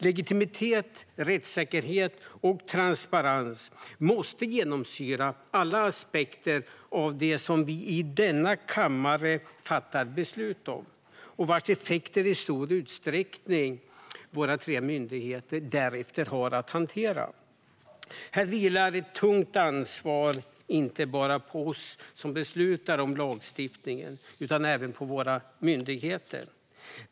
Legitimitet, rättssäkerhet och transparens måste genomsyra alla aspekter av det som vi i denna kammare fattar beslut om och vars effekter våra tre myndigheter därefter i stor utsträckning har att hantera. Här vilar ett tungt ansvar inte bara på oss som beslutar om lagstiftningen utan även på våra myndigheter.